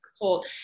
cold